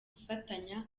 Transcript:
gufatanya